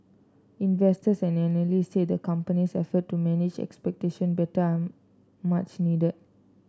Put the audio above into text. investors and analysts say the company's effort to manage expectation better are much needed